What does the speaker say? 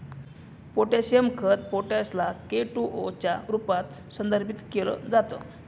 potassium खत potash ला K two O च्या रूपात संदर्भित केल जात